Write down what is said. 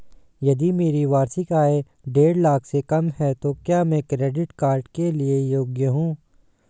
यदि मेरी वार्षिक आय देढ़ लाख से कम है तो क्या मैं क्रेडिट कार्ड के लिए योग्य हूँ?